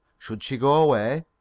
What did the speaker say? should she go away,